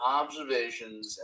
observations